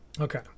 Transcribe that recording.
Okay